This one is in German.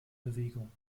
bewegung